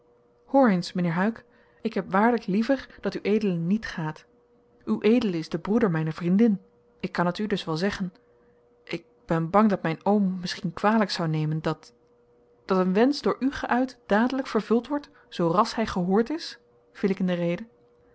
mijnheer huyck ik heb waarlijk liever dat ued niet gaat ued is de broeder mijner vriendin ik kan het u dus wel zeggen ik ben bang dat mijn oom misschien kwalijk zou nemen dat dat een wensch door u geuit dadelijk vervuld wordt zoo ras hij gehoord is viel ik in de rede